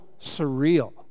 surreal